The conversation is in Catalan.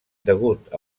degut